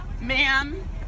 Ma'am